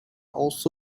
also